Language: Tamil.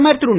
பிரதமர் திரு